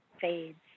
fades